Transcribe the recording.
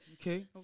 Okay